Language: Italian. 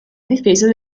difesa